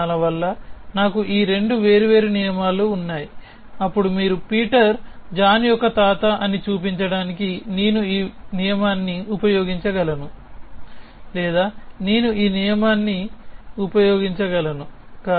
కొన్ని కారణాల వల్ల నాకు ఈ రెండు వేర్వేరు నియమాలు ఉన్నాయి అప్పుడు మీరు పీటర్ జాన్ యొక్క తాత అని చూపించడానికి నేను ఈ నియమాన్ని ఉపయోగించగలను లేదా నేను ఈ నియమాన్ని ఉపయోగించగలను